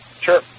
Sure